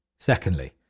Secondly